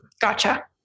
Gotcha